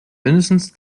mindestens